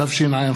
התשע"ח 2018,